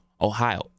Ohio